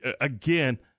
again